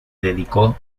dedicó